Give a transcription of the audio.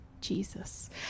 Jesus